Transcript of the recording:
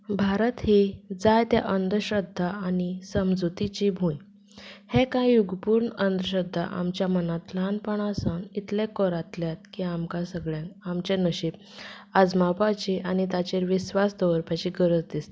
भारत ही जायत्या अंदश्रद्धा आनी समजुतीची भूंय हे कांय युगपूर्ण अंदश्रद्धा आमच्या मनांत ल्हानपणा सावन इतलें कोरांतल्यात की आमकां सगळ्यांक आमचें नशीब आजमावपाची आनी ताचेर विश्वास दवरपाची गरज दिसता